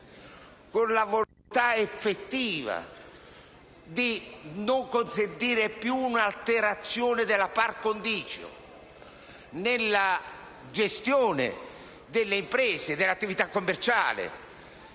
con la volontà effettiva di non consentire più un'alterazione della *par condicio* nella gestione delle imprese e dell'attività commerciale.